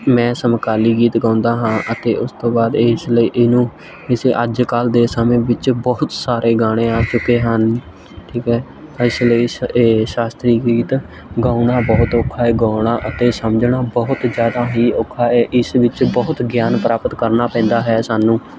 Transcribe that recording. ਮੈਂ ਸਮਕਾਲੀ ਗੀਤ ਗਾਉਂਦਾ ਹਾਂ ਅਤੇ ਉਸ ਤੋਂ ਬਾਅਦ ਇਸ ਲਈ ਇਹਨੂੰ ਕਿਸੇ ਅੱਜ ਕੱਲ੍ਹ ਦੇ ਸਮੇਂ ਵਿੱਚ ਬਹੁਤ ਸਾਰੇ ਗਾਣੇ ਆ ਚੁੱਕੇ ਹਨ ਠੀਕ ਹੈ ਇਸ ਲਈ ਸ਼ ਇਹ ਸ਼ਾਸਤਰੀ ਗੀਤ ਗਾਉਣਾ ਬਹੁਤ ਔਖਾ ਏ ਗਾਉਣਾ ਅਤੇ ਸਮਝਣਾ ਬਹੁਤ ਜ਼ਿਆਦਾ ਹੀ ਔਖਾ ਏ ਇਸ ਵਿੱਚ ਬਹੁਤ ਗਿਆਨ ਪ੍ਰਾਪਤ ਕਰਨਾ ਪੈਂਦਾ ਹੈ ਸਾਨੂੰ